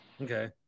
Okay